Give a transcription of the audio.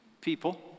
people